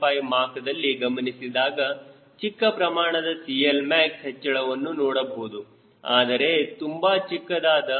75 ಮಾಕ್ದಲ್ಲಿ ಗಮನಿಸಿದಾಗ ಚಿಕ್ಕ ಪ್ರಮಾಣದ CLmax ಹೆಚ್ಚಳವನ್ನು ನೋಡಬಹುದು ಆದರೆ ತುಂಬಾ ಚಿಕ್ಕದಾದ